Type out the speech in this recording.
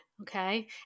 okay